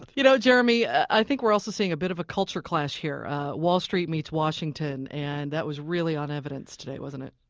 you know, jeremy, i think we're also seeing a bit of a culture clash here wall street meets washington. and that was really on evidence today, wasn't it?